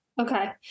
Okay